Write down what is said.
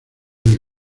del